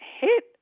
hit